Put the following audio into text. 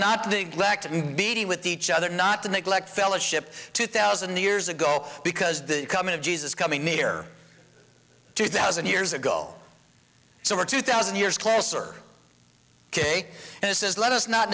neglect and bt with each other not to neglect fellowship two thousand years ago because the coming of jesus coming near two thousand years ago so we're two thousand years closer ok and this is let us not